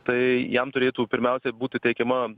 tai jam turėtų pirmiausiai būti teikiama